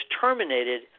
terminated